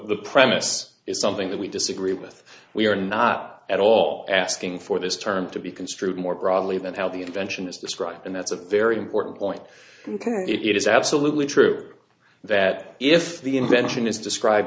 the premise is something that we disagree with we are not at all asking for this term to be construed more broadly than how the invention is described and that's a very important point it is absolutely true that if the invention is describe